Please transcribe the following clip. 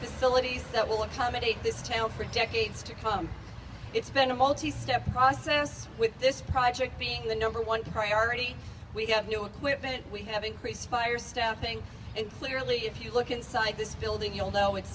facilities that will accommodate this town for decades to come it's been a multi step process with this project being the number one priority we get new equipment we have increased fire staffing and clearly if you look inside this building you'll know it's